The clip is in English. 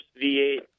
V8